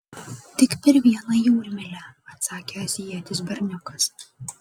tik per vieną jūrmylę atsakė azijietis berniukas